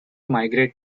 migrate